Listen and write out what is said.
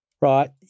Right